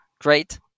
great